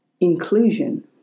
inclusion